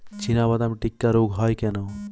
চিনাবাদাম টিক্কা রোগ হয় কেন?